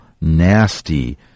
nasty